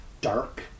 dark